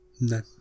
No